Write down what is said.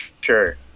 sure